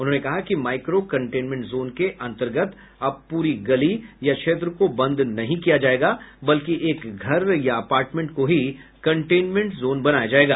उन्होंने कहा कि माईक्रो कंटेनमेंट जोन के अन्तर्गत अब पूरी गली या क्षेत्र को बंद नहीं किया जायेगा बल्कि एक घर या अपार्टमेंट को ही कंटेनमेंट जोन बनाया जायेगा